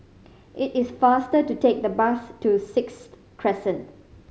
it is faster to take the bus to Sixth Crescent